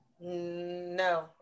No